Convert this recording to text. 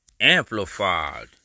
Amplified